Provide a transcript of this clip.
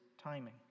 timing